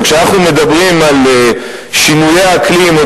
כשאנחנו מדברים על שינויי אקלים או